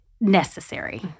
necessary